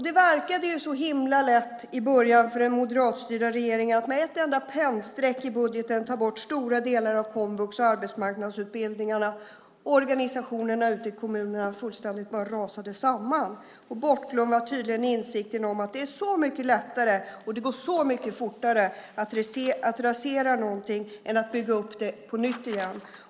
Det verkade ju så himla lätt i början för den moderatstyrda regeringen att med ett enda pennstreck i budgeten ta bort stora delar av komvux och arbetsmarknadsutbildningarna. Organisationerna ute i kommunerna rasade fullständigt samman. Bortglömd var tydligen insikten om att det är så mycket lättare och att det går så mycket fortare att rasera någonting än att bygga upp det på nytt igen.